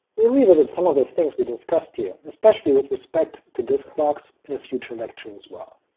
we'll revisit some of the things we discussed here, especially with respect to disk blocks, in a future lecture as well.